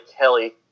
Kelly